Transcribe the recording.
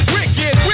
Wicked